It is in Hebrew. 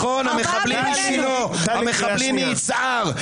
נכון, המחבלים משילה, המחבלים מיצהר.